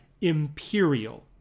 imperial